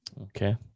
Okay